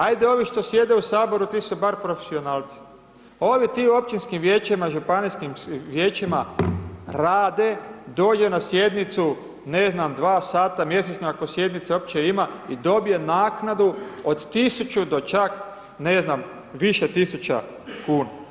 Ajde ovi što sjede u Saboru, ti su bar profesionalci, ovi, ti u općinskim vijećima, županijskim vijećima, rade, dođe na sjednicu, ne znam dva sata mjesečno ako sjednice opće ima i dobije naknadu od 1000 do čak, ne znam, više tisuća kuna.